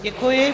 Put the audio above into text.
Děkuji.